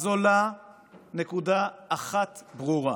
עולה נקודה אחת ברורה: